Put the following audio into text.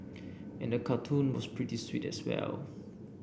and the cartoon was pretty sweet as well